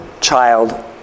child